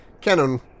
Canon